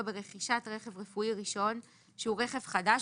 ברכישת רכב רפואי ראשון שהוא רכב חדש,